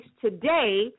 today